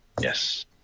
Yes